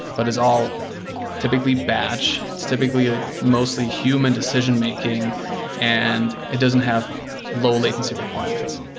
but it's all typically batch. it's typically mostly human decision-making and it doesn't have low latency requirements.